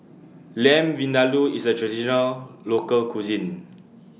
Lamb Vindaloo IS A Traditional Local Cuisine